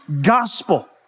gospel